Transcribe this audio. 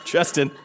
Justin